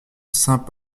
saint